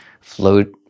float